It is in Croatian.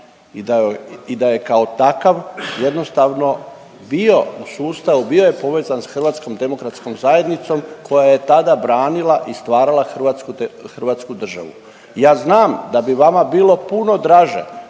i da je kao takav jednostavno bio u sustavu, bio je povezan sa HDZ-om koja je tada branila i stvarala hrvat… hrvatsku državu. Ja znam da bi vama bilo puno draže